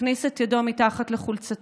הכניס את ידו מתחת לחולצתה,